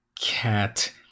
cat